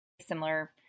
similar